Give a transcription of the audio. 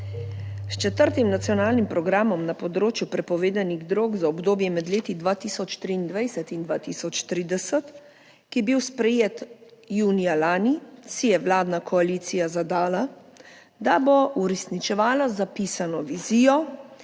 S četrtim nacionalnim programom na področju prepovedanih drog za obdobje med leti 2023 in 2030, ki je bil sprejet junija lani, si je vladna koalicija zadala, da bo uresničevala zapisano vizijo